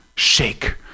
shake